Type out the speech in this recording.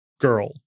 girl